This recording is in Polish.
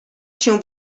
się